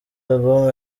album